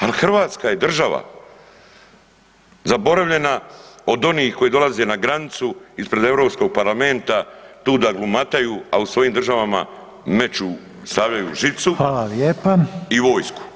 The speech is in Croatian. Ali Hrvatska je država zaboravljena od onih koji dolaze na granicu ispred Europskog parlamenta tu da glumataju, a u svojim državama meću, stavljaju žicu i vojsku.